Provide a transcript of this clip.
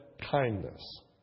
kindness